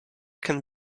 can